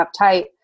uptight